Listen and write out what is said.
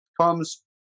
comes